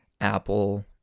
Apple